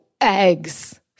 eggs